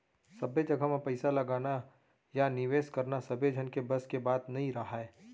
सब्बे जघा म पइसा लगाना या निवेस करना सबे झन के बस के बात नइ राहय